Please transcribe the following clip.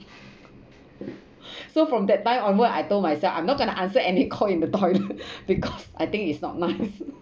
so from that time onward I told myself I'm not gonna answer any call in the toilet because I think it's not nice